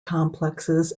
complexes